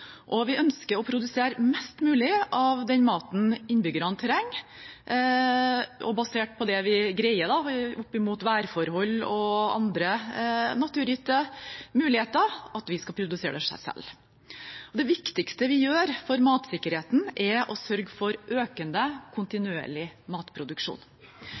og vi ønsker å produsere mest mulig av den maten innbyggerne trenger, at vi basert på det vi greier opp mot værforhold og andre naturgitte muligheter, skal produsere det selv. Det viktigste vi gjør for matsikkerheten, er å sørge for økende kontinuerlig matproduksjon.